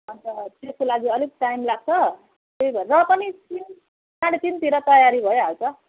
अन्त त्यसको लागि अलिक टाइम लाग्छ त्यही भएर र पनि तिन साढे तिनतिर तयारी भइहाल्छ